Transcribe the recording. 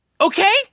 Okay